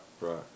Right